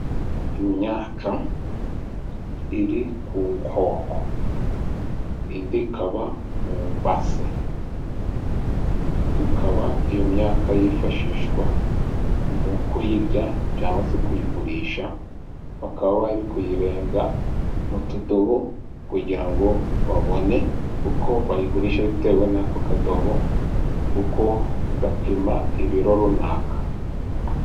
Imyaka iri ku nkoko, indi ikaba mu ibase, ikaba iyo myaka yifashishwa mu kuyirya cyangwa se kuyigurisha, bakaba bari kuyirenga mu tudobo, kugira ngo babone uko bayigurisha bitewe n'ako kadobo, uko gapima ibiro runaka.